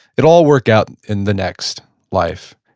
it all worked out in the next life.